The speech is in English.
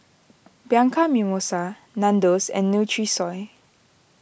Bianco Mimosa Nandos and Nutrisoy